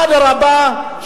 אדרבה,